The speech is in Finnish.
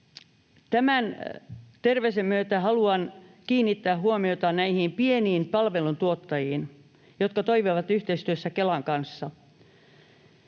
tämän terveisen myötä haluan kiinnittää huomiota näihin pieniin palveluntuottajiin, jotka toimivat yhteistyössä Kelan kanssa.